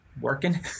working